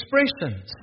expressions